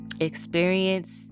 experience